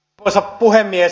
arvoisa puhemies